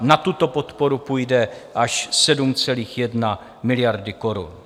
Na tuto podporu půjde až 7,1 miliardy korun.